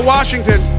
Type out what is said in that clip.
Washington